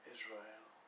Israel